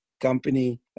company